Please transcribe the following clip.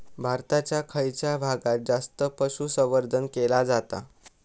भारताच्या खयच्या भागात जास्त पशुसंवर्धन केला जाता?